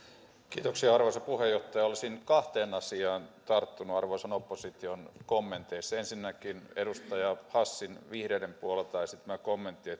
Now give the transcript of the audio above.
kiitoksia arvoisa puheenjohtaja olisin kahteen asiaan tarttunut arvoisan opposition kommenteissa ensinnäkin edustaja hassin vihreiden puolelta esittämä kommentti